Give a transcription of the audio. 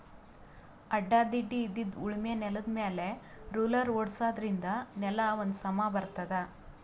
ಅಡ್ಡಾ ತಿಡ್ಡಾಇದ್ದಿದ್ ಉಳಮೆ ನೆಲ್ದಮ್ಯಾಲ್ ರೊಲ್ಲರ್ ಓಡ್ಸಾದ್ರಿನ್ದ ನೆಲಾ ಒಂದ್ ಸಮಾ ಬರ್ತದ್